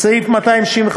59. סעיף 265(12)